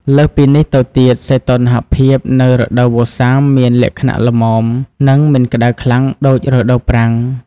លើសពីនេះទៅទៀត សីតុណ្ហភាពនៅរដូវវស្សាមានលក្ខណៈល្មម និងមិនក្ដៅខ្លាំងដូចរដូវប្រាំង។